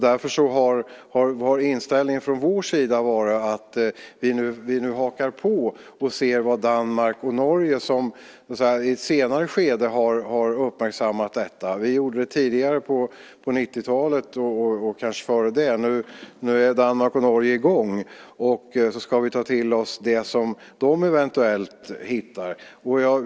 Därför har inställningen från vår sida varit att vi nu hakar på och ser vad Danmark och Norge gör, som i ett senare skede har uppmärksammat detta. Vi gjorde det tidigare på 90-talet och kanske ännu tidigare. Nu är Danmark och Norge i gång, och då ska vi ta till oss det som de eventuellt hittar.